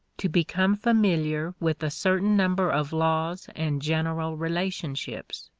to become familiar with a certain number of laws and general relationships.